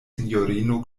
sinjorino